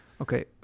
okay